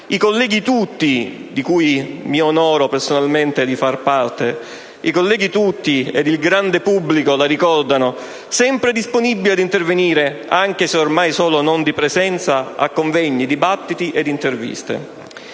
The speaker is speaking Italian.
5 Stelle, di cui mi onoro personalmente di far parte, ed il grande pubblico la ricordano sempre disponibile ad intervenire, anche se ormai non di presenza, a convegni, dibattiti ed interviste.